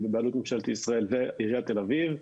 היא בבעלות ממשלת ישראל ועירית תל אביב,